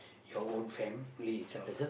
your own family itself lah